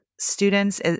students